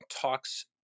talks